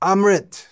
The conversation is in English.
Amrit